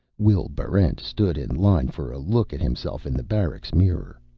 will barrent stood in line for a look at himself in the barracks mirror.